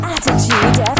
Attitude